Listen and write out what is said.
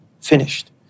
finished